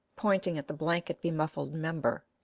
pointing at the blanket-be-muffled member.